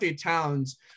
Towns